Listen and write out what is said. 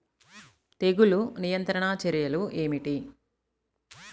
తెగులు నియంత్రణ చర్యలు ఏమిటి?